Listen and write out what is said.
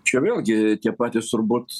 čia vėlgi tie patys turbūt